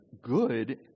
good